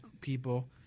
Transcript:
people